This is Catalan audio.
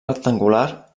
rectangular